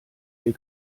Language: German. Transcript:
ihr